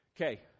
Okay